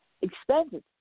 expenses